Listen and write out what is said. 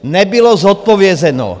Nebylo zodpovězeno.